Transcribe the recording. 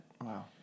Wow